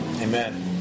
Amen